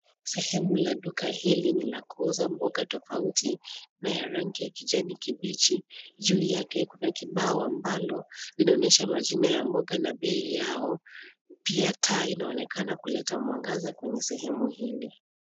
Sehemu la duka hili ni la kuuza mboga tofauti na ya rangi ya kijani kibichi. Juu yake kuna kibao ambalo linaonyesha majina ya mboga na bei yao. Pia taa inaonekana kuleta mwangaza kwenye sehemu hili.